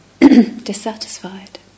dissatisfied